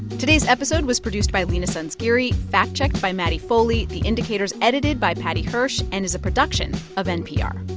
today's episode was produced by leena sanzgiri, fact-checked by maddie foley. the indicator's edited by paddy hirsch and is a production of npr